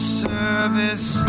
service